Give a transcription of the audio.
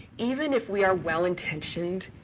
even if we are well-intentioned,